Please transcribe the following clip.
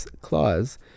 clause